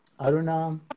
Aruna